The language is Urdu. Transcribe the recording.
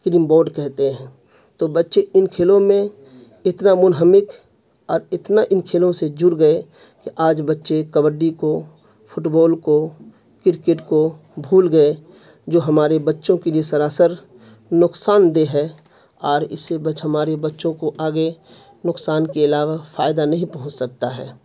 کریم بوڈ کہتے ہیں تو بچے ان کھیلوں میں اتنا منہمک اور اتنا ان کھیلوں سے جڑ گئے کہ آج بچے کبڈی کو فٹ بال کو کرکٹ کو بھول گئے جو ہمارے بچوں کے لیے سراسر نقصان دہ ہے اور اس سے ہمارے بچوں کو آگے نقصان کے علاوہ فائدہ نہیں پہنچ سکتا ہے